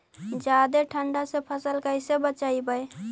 जादे ठंडा से फसल कैसे बचइबै?